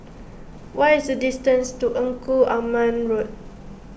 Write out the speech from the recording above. what is the distance to Engku Aman Road